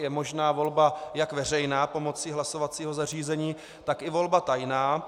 Je možná volba jak veřejná pomocí hlasovacího zařízení, tak i volba tajná.